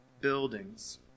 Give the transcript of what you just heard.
buildings